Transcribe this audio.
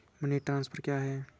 Money transfer क्या है?